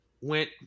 went